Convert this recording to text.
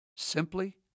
simply